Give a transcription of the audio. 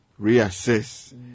reassess